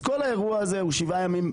אז כל האירוע הזה הוא שבעה ימים.